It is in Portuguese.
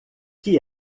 que